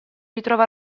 ritrova